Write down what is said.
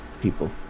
people